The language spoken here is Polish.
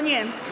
Nie.